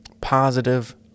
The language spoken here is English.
positive